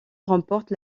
remporte